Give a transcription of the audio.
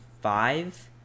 five